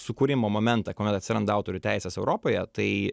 sukūrimo momentą kuomet atsiranda autorių teisės europoje tai